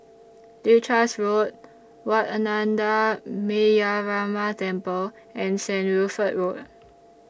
Leuchars Road Wat Ananda Metyarama Temple and Saint Wilfred Road